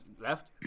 left